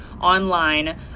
online